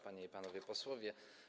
Panie i Panowie Posłowie!